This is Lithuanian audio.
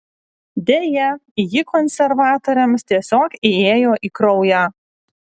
deja ji konservatoriams tiesiog įėjo į kraują